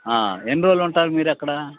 ఎన్ని రోజులు ఉంటారు మీరు అక్కడ